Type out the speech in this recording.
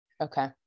Okay